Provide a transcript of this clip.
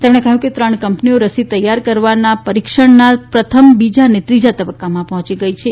તેમણે કહ્યું કે ત્રણ કંપનીઓ રસી તૈયાર કરવાના પરીક્ષણનાં પ્રથમ બીજા અને ત્રીજા તબક્કામાં પહોંચી ગઈ છે